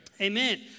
Amen